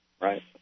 right